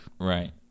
Right